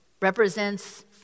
Represents